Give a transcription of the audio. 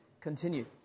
continue